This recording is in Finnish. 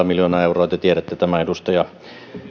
miljoonaa euroa te tiedätte tämän edustaja